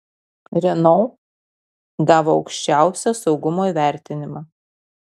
renault gavo aukščiausią saugumo įvertinimą